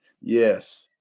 yes